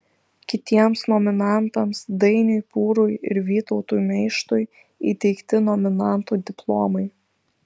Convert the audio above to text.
kitiems nominantams dainiui pūrui ir vytautui meištui įteikti nominantų diplomai